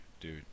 dude